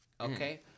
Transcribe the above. okay